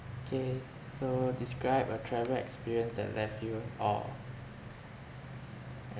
K so describe a travel experience that left you in awe